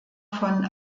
von